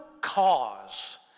cause